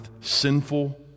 sinful